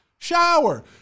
Shower